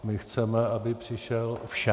My chceme, aby přišel všem.